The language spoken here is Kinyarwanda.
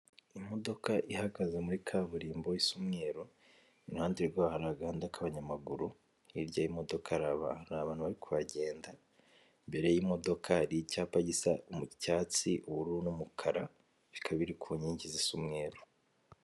Imodoka ihagaze muri kaburimbo isa umweru, iruhande rwayo hari agahanda k'abanyamaguru, hirya y'imodoka hari abantu bari kuhagenda, imbere y'imodoka hari icyapa gisa n'icyatsi, ubururu n'umukara bikaba biri ku nkingi zisa umweru.